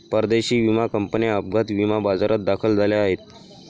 परदेशी विमा कंपन्या अपघात विमा बाजारात दाखल झाल्या आहेत